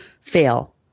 fail